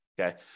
okay